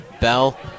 Bell